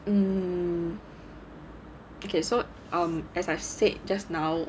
um okay so um as I've said just now